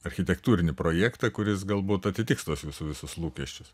architektūrinį projektą kuris galbūt atitiks tuos visų visus lūkesčius